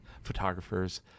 photographers